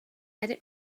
edit